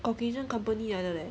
caucasian company 来的 leh